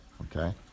okay